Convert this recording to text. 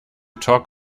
talk